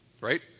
right